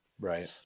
right